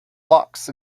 locks